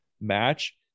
match